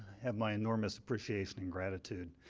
have my enormous appreciation and gratitude,